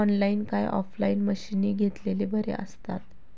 Online काय offline मशीनी घेतलेले बरे आसतात?